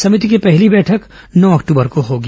समिति की पहली बैठक नौ अक्टूबर को होगी